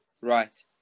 Right